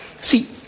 See